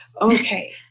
Okay